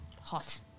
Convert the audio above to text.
hot